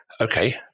okay